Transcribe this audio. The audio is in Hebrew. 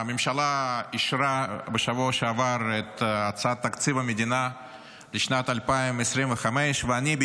הממשלה אישרה בשבוע שעבר את הצעת תקציב המדינה לשנת 2025. אני,